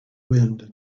wind